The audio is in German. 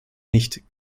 nicht